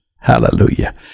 Hallelujah